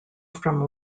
from